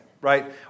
right